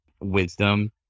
wisdom